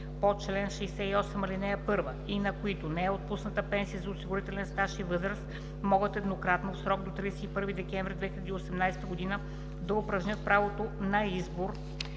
по чл. 68, ал. 1 и на които не е отпусната пенсия за осигурителен стаж и възраст, могат еднократно, в срок до 31 декември 2018 г., да упражнят правото на избор